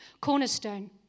cornerstone